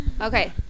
Okay